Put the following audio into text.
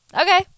Okay